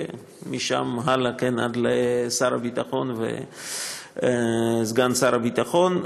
ומשם הלאה עד לשר הביטחון וסגן שר הביטחון.